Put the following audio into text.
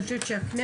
אני חושבת שבכנסת,